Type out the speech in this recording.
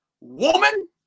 Woman